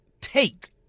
take